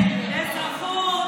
מנסור, אתה זוכר את הסיסמה של ליברמן?